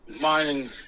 mining